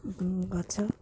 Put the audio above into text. ଗଛ